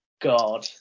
God